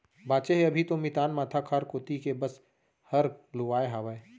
बांचे हे अभी तो मितान माथा खार कोती के बस हर लुवाय हावय